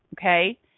Okay